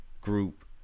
group